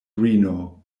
rhino